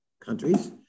countries